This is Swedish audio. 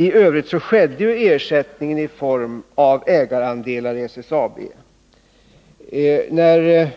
I övrigt utgick ersättningen i form av ägarandelar i SSAB. När